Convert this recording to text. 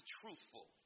truthful